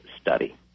Study